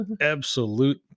absolute